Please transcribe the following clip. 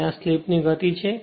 અને આ સ્લિપની ગતિ છે